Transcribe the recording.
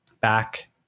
back